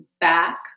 back